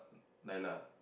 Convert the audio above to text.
Naila lah